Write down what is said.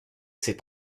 ses